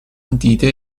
دیده